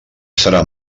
serà